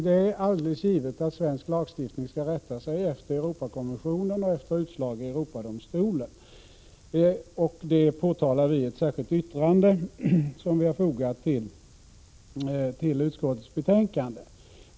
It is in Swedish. Det är helt givet att svensk lagstiftning skall rätta sig efter Europakonventionen och efter utslag i Europadomstolen. Det påpekar vi i ett särskilt yttrande, som vi har fogat till utskottsbetänkandet.